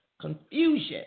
confusion